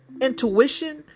intuition